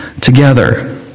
together